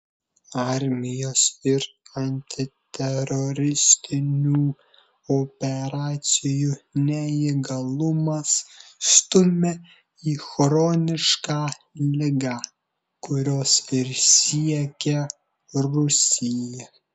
armijos ir antiteroristinių operacijų neįgalumas stumia į chronišką ligą kurios ir siekia rusija